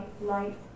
light